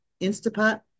Instapot